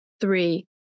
three